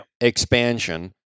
expansion